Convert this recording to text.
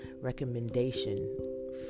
recommendation